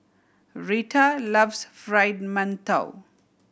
Retta loves Fried Mantou